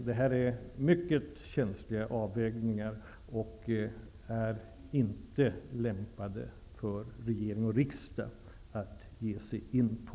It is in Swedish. Det är alltså mycket känsliga avvägningar som skall göras, och de är inte lämpade för regering och riksdag att ge sig in på.